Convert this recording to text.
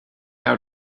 out